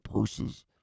purses